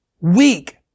weak